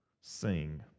sing